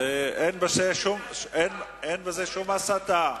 ואין בזה שום הסתה.